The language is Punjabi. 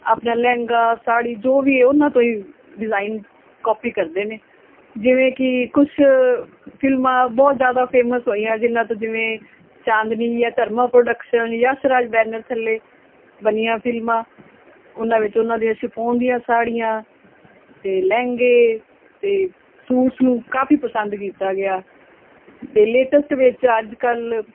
ਆਪਣਾ ਲਹਿੰਗਾ ਸਾੜੀ ਜੋ ਵੀ ਉਹਨਾਂ ਤੋਂ ਹੀ ਡਿਜ਼ਾਇਨ ਕਾਪੀ ਕਰਦੇ ਨੇ ਜਿਵੇਂ ਕਿ ਕੁਛ ਫਿਲਮਾਂ ਬਹੁਤ ਜ਼ਿਆਦਾ ਫੇਮਸ ਹੋਈਆਂ ਜਿਹਨਾਂ ਤੋਂ ਜਿਵੇਂ ਚਾਂਦਨੀ ਜਾਂ ਧਰਮਾ ਪ੍ਰੋਡਕਸ਼ਨ ਯਸ਼ਰਾਜ ਬੈਨਰ ਥੱਲੇ ਬਣੀਆਂ ਫਿਲਮਾਂ ਉਹਨਾਂ ਵਿੱਚ ਉਹਨਾਂ ਦੇ ਸ਼ਿਫੋਨ ਦੀਆਂ ਸਾੜੀਆਂ ਅਤੇ ਲਹਿੰਗੇ ਅਤੇ ਸੂਟਸ ਨੂੰ ਕਾਫੀ ਪਸੰਦ ਕੀਤਾ ਗਿਆ ਅਤੇ ਲੇਟੈਸਟ ਵਿੱਚ ਅੱਜ ਕੱਲ੍ਹ